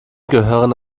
gehören